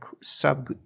sub